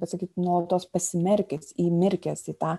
pasakyt nuolatos prasimerkęs įmirkęs į tą